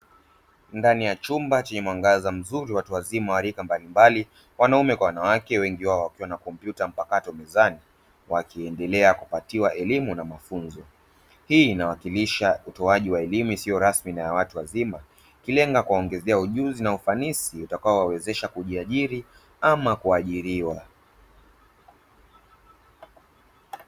Ndani ya chumba chenye mwangaza mzuri watu wazima wa rika mbalimbali, wanawake kwa wanaume, wengi wao wakiwa na kompyuta mpakato mezani, wakiendelea kupatiwa elimu na mafunzo. Hii inawakilisha utoaji wa elimu isiyo rasmi ya watu wazima, ikilenga kuwaongezea ujuzi na ufanisi utakaowawezesha kujiajiri ama kuajiriwa.